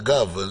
אגב,